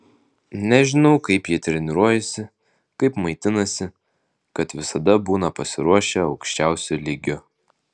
nežinau kaip jie treniruojasi kaip maitinasi kad visada būna pasiruošę aukščiausiu lygiu